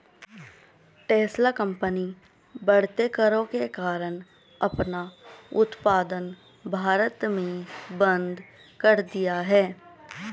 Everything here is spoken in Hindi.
टेस्ला कंपनी बढ़ते करों के कारण अपना उत्पादन भारत में बंद कर दिया हैं